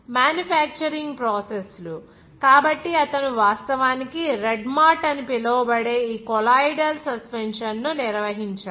manufacturing process లు కాబట్టి అతను వాస్తవానికి రెడ్ మార్ట్ అని పిలువబడే ఈ కొలాయిడల్ సస్పెన్షన్ను నిర్వహించాడు